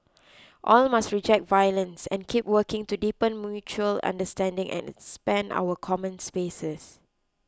all must reject violence and keep working to deepen mutual understanding and expand our common spaces